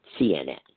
CNN